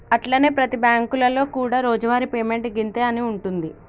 అట్లనే ప్రతి బ్యాంకులలో కూడా రోజువారి పేమెంట్ గింతే అని ఉంటుంది